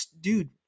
Dude